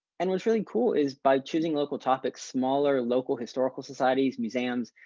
and what's really cool is by choosing local topics smaller local historical societies museums,